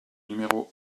numéro